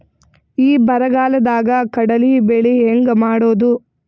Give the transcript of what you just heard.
ಈ ಬರಗಾಲದಾಗ ಕಡಲಿ ಬೆಳಿ ಹೆಂಗ ಮಾಡೊದು?